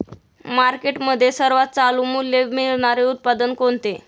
मार्केटमध्ये सर्वात चालू मूल्य मिळणारे उत्पादन कोणते?